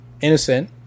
innocent